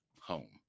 home